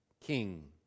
king